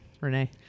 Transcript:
Renee